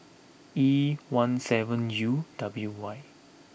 E one seven U W Y